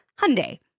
Hyundai